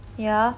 ya